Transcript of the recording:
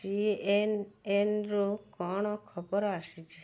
C N N ରୁ କ'ଣ ଖବର ଆସିଛି